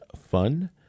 fun